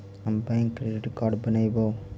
हम bank credit card बनैवो?